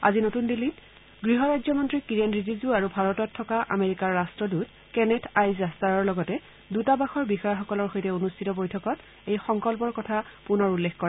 আজি নতুন দিল্লীত গৃহৰাজ্যমন্ত্ৰী কিৰেণ ৰিজিজু আৰু ভাৰতত থকা আমেৰিকাৰ ৰাষ্টদুত কেন্নেথ আই জাষ্টাৰৰ লগতে দুতাবাসৰ বিষয়াসকলৰ সৈতে অনুষ্ঠিত বৈঠকত এই সংকল্পৰ কথা পূনৰ উল্লেখ কৰে